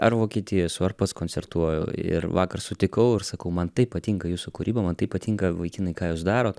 ar vokietijo esu ar pats koncertuoju ir vakar sutikau ir sakau man taip patinka jūsų kūryba man taip patinka vaikinai ką jūs darot